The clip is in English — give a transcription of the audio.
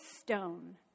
stone